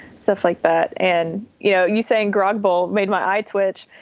stuff like that and you know, you saying grug but made my eye twitch.